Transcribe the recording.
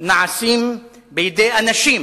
נעשים בידי אנשים